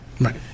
Right